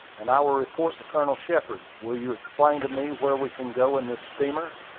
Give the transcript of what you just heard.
and i will report to colonel shepard. will you explain to me where we can go in this steamer.